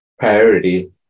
priority